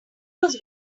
was